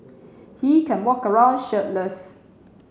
he can walk around shirtless